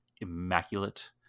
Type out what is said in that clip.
immaculate